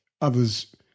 others